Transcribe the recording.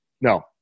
No